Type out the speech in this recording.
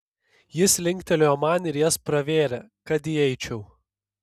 jis linktelėjo man ir jas pravėrė kad įeičiau